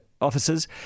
officers